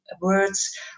words